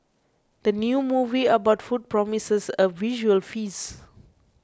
the new movie about food promises a visual feast